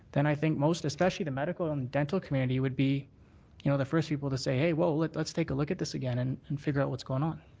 i think most especially the medical and dental community would be you know the first people to say hey, whoa, let's let's take a look at this again and and figure out what's going on.